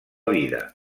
vida